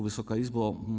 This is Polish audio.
Wysoka Izbo!